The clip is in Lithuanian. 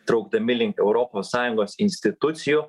traukdami link europos sąjungos institucijų